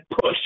push